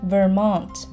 Vermont